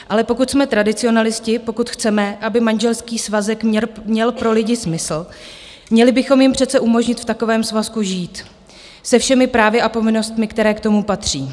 Ale pokud jsme tradicionalisté, pokud chceme, aby manželský svazek měl pro lidi smysl, měli bychom jim přece umožnit v takovém svazku žít se všemi právy a povinnostmi, které k tomu patří.